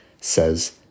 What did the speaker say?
says